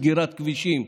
סגירת כבישים,